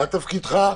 מה תפקידך?